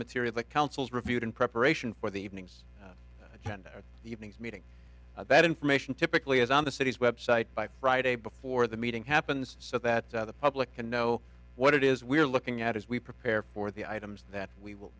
material that councils reviewed in preparation for the evening's evenings meeting that information typically is on the city's website by friday before the meeting happens so that the public can know what it is we're looking at as we prepare for the items that we will